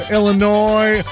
Illinois